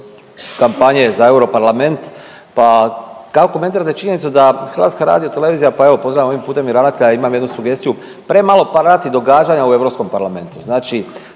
kampanje za europarlament pa kako komentirate činjenicu da Hrvatska radiotelevizija, pa evo pozdravljam ovim putem i ravnatelja. Imam jednu sugestiju, premalo prati događanja u Europskom parlamentu. Znači